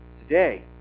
Today